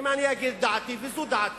אם אני אגיד את דעתי, וזו דעתי,